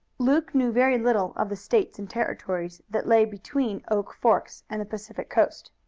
luke knew very little of the states and territories that lay between oak forks and the pacific coast.